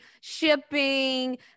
shipping